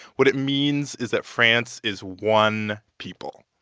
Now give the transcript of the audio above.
what it means is that france is one people.